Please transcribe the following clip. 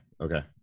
Okay